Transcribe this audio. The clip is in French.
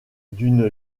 d’une